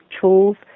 tools